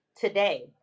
today